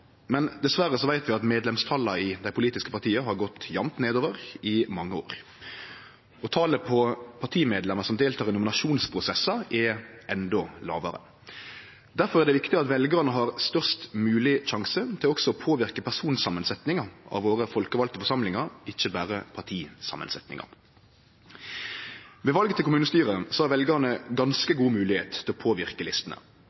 Men dessverre veit vi at medlemstala i dei politiske partia har gått jamt nedover i mange år, og talet på partimedlemmer som deltek i nominasjonsprosessar, er endå lågare. Derfor er det viktig at veljarane har størst mogleg sjanse til også å påverke personsamansetninga av dei folkevalde forsamlingane våre, ikkje berre partisamansetninga. Ved val til kommunestyre har veljarane ganske god moglegheit til å påverke listene,